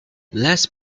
less